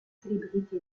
célébrité